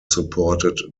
supported